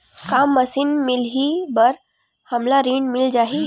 का मशीन मिलही बर हमला ऋण मिल जाही?